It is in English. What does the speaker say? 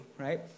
right